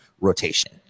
rotation